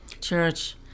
Church